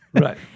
Right